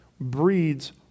breeds